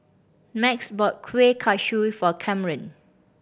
Max bought kueh kosui for Kamren